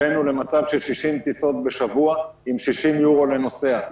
הבאנו למצב של 60 טיסות בשבוע, עם 60 אירו לנוסע.